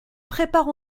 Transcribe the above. préparent